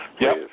yes